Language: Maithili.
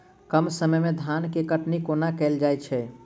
कम समय मे धान केँ कटनी कोना कैल जाय छै?